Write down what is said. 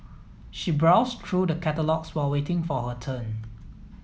she browsed through the catalogues while waiting for her turn